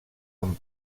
amb